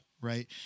right